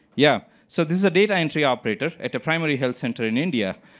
yeah. so this is a data entry operator at a primary health center in india.